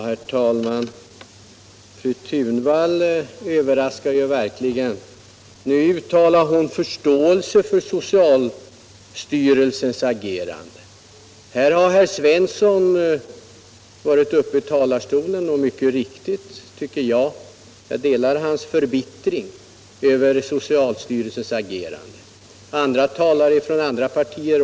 Herr talman! Fru Thunvall överraskade mig verkligen. Nu uttalade hon förståelse för socialstyrelsens agerande. Herr Svensson i Kungälv har givit uttryck för sin förbittring över socialstyrelsens agerande, och jag delar denna hans inställning.